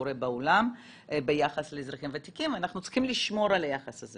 שקורה בעולם ביחס לאזרחים ותיקים ואנחנו צריכים לשמור על היחס הזה